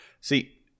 See